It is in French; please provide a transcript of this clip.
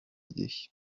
idée